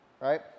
Right